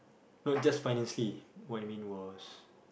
not just financially what I mean was